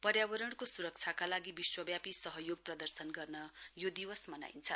पर्यावरणको सुरक्षाका लागि विश्वव्यापी सहयोग प्रदर्शन गर्न यो दिवस मनाइन्छ